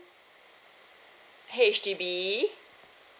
H_D_B